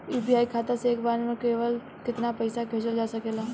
UPI खाता से एक बार म केतना पईसा भेजल जा सकेला?